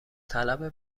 طلب